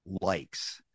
likes